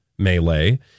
melee